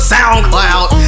SoundCloud